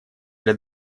для